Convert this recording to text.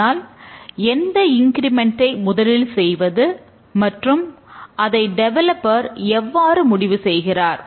ஆனால் எந்த இன்கிரிமெண்ட் எவ்வாறு முடிவு செய்கிறார்